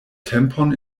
tempon